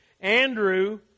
Andrew